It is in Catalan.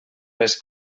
les